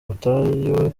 batuye